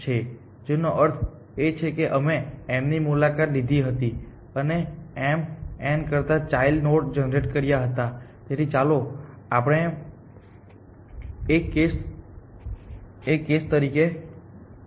જેનો અર્થ એ છે કે અમે m ની મુલાકાત લીધી હતી અને mn ના ચાઈલ્ડ નોડ જનરેટ કર્યા હતા તેથી ચાલો આપણે આને એક કેસ તરીકે લઈએ